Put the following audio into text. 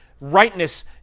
rightness